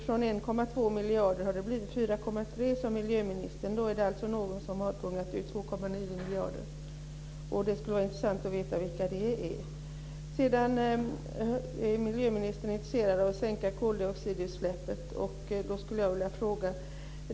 Från 1,2 miljarder har det blivit 4,3 miljarder. Någon har alltså pungat ut med 2,9 miljarder. Det skulle vara intressant att veta vilka det är. Miljöministern är ju intresserad av att sänka koldioxidutsläppen. Då vill jag ställa en fråga.